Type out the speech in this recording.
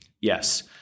yes